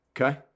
Okay